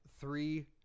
three